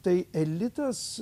tai elitas